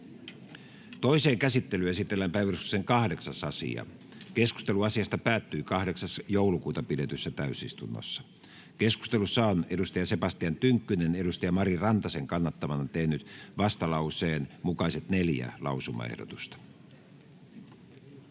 Toiseen käsittelyyn esitellään päiväjärjestyksen 8. asia. Keskustelu asiasta päättyi 8.12.2022 pidetyssä täysistunnossa. Keskustelussa on Sebastian Tynkkynen Mari Rantasen kannattamana tehnyt vastalauseen mukaiset neljä lausumaehdotusta. Toiseen